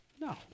No